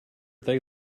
they